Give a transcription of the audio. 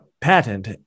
patent